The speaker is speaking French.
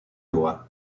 iowa